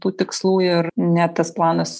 tų tikslų ir ne tas planas